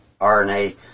RNA